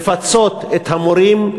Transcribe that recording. ולפצות את המורים.